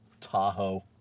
Tahoe